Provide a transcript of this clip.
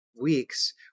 weeks